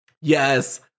Yes